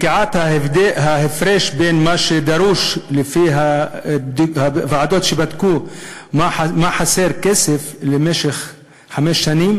ההפרש בין מה שדרוש לפי הוועדות שבדקו כמה כסף חסר למשך חמש שנים